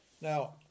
Now